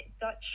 Dutch